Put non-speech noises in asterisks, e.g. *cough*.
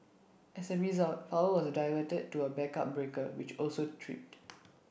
as A result power was diverted to A backup breaker which also tripped *noise*